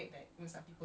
ya